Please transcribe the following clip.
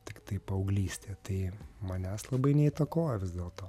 tiktai paauglystė tai manęs labai neįtakojo vis dėlto